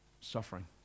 Suffering